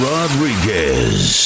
Rodriguez